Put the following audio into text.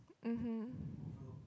mmhmm